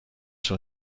sus